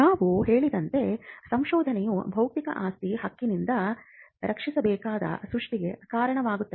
ನಾವು ಹೇಳಿದಂತೆ ಸಂಶೋಧನೆಯು ಬೌದ್ಧಿಕ ಆಸ್ತಿ ಹಕ್ಕಿನಿಂದ ರಕ್ಷಿಸಬೇಕಾದ ಸೃಷ್ಟಿಗೆ ಕಾರಣವಾಗುತ್ತದೆ